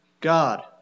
God